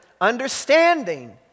Understanding